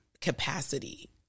capacity